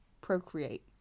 procreate